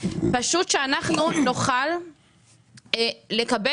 פשוט שאנחנו נוכל לקבל,